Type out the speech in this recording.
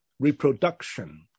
reproduction